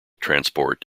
transport